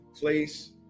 Place